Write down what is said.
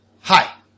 Hi